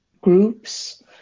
groups